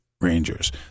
Rangers